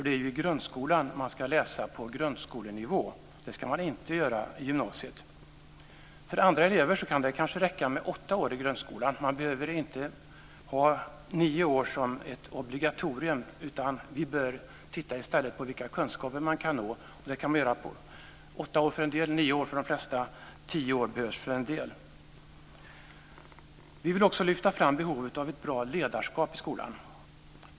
Det är ju i grundskolan man ska läsa på grundskolenivå. Det ska man inte göra i gymnasiet. För andra elever kan det kanske räcka med åtta år i grundskolan. Man behöver inte ha nio år som ett obligatorium. Vi bör i stället titta på vilka kunskaper man kan nå. Det kan handla om åtta år för en del, nio år för de flesta och tio år för en del. Vi vill också lyfta fram behovet av ett bra ledarskap i skolan.